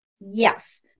yes